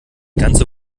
ganze